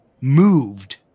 moved